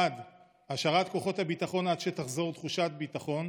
1. השארת כוחות הביטחון עד שתחזור תחושת ביטחון,